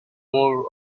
more